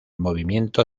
movimiento